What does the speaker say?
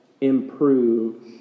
improve